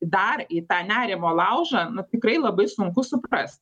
dar į tą nerimo laužą nu tikrai labai sunku suprast